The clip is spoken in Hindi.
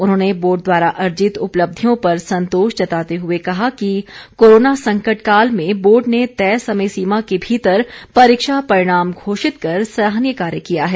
उन्होंने बोर्ड द्वारा अर्जित उपलब्धियों पर संतोष जताते हुए कहा कि कोरोना संकट काल में बोर्ड ने तय समय सीमा के भीतर परीक्षा परिणाम घोषित कर सराहनीय कार्य किया है